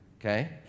okay